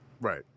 right